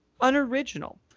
unoriginal